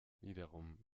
wiederum